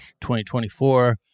2024